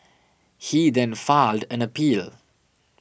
he then filed an appeal